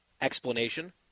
explanation